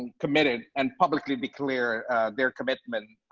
and committed and publicly declare their commitment,